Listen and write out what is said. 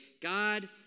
God